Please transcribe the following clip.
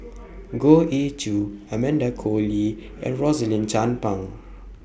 Goh Ee Choo Amanda Koe Lee and Rosaline Chan Pang